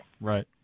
Right